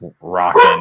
rocking